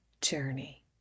journey